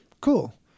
Cool